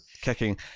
kicking